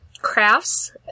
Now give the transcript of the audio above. crafts